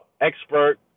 expert